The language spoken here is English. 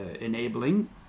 enabling